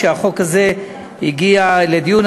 כשהחוק הזה הגיע לדיון.